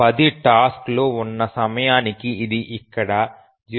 10 task లు ఉన్న సమయానికి ఇది ఇక్కడ 0